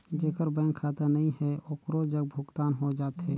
जेकर बैंक खाता नहीं है ओकरो जग भुगतान हो जाथे?